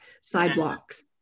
sidewalks